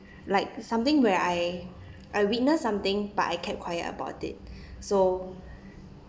like something where I I witnessed something but I kept quiet about it so